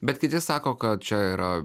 bet kiti sako kad čia yra